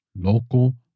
local